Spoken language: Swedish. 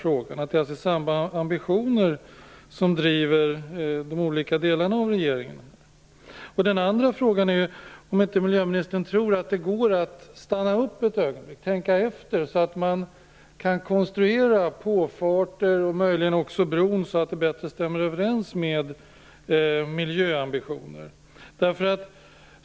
Är det alltså samma ambitioner som driver de olika delarna av regeringen? Min andra fråga är om inte miljöministern tror att det går att stanna upp ett ögonblick och tänka efter, så att man kan konstruera påfarterna och möjligen också bron så att det blir bättre överensstämmelse med miljöambitionerna.